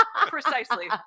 precisely